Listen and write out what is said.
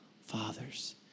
fathers